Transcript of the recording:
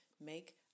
make